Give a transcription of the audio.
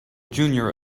junior